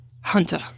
hunter